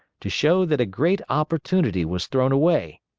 to show that a great opportunity was thrown away?